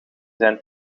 zijn